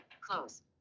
close